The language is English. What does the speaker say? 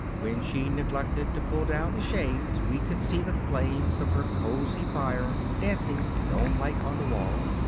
when she neglected to pull down the shades we could see the flames of her cosy fire dancing gnomelike on the wall.